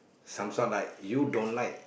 some sort like you don't like